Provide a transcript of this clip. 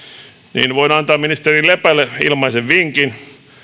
niin voin antaa ministeri lepälle ilmaisen vinkin